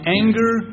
anger